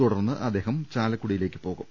തുടർന്ന് അദ്ദേഹം ചാലക്കുടിയില്ലേക്ക് പോകും